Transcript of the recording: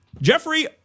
Jeffrey